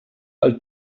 alt